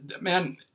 man